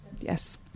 Yes